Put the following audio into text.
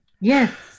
yes